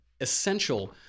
essential